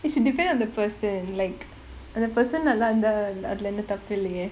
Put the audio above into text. you should depend on the person like அந்த:antha person நல்லா இருந்தா அதுல எந்த தப்பில்லையே:nallaa irunthaa athula entha thappillayae